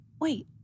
wait